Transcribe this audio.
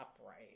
upright